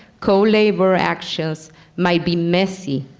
co-labor actions may be messy.